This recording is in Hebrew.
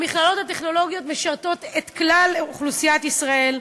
המכללות הטכנולוגיות משרתות את כלל אוכלוסיית ישראל,